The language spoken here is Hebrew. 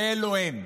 ואלו הם,